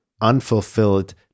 unfulfilled